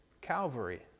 Calvary